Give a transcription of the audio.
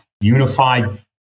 unified